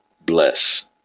bless